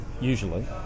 Usually